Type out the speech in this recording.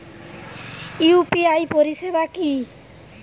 UPI পরিসেবা কি?